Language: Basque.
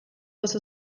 oso